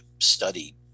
study